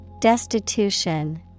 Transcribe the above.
Destitution